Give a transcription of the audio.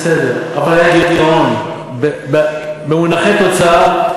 אתה עכשיו בונה תקציב עם גירעון מבני של 35 מיליארד,